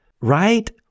right